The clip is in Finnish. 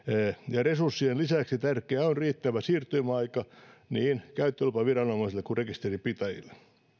ja resurssien lisäksi tärkeää on riittävä siirtymäaika niin käyttölupaviranomaisille kuin rekisterinpitäjille